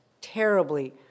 terribly